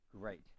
Great